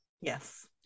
yes